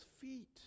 feet